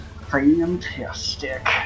Fantastic